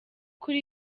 kuri